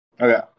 Okay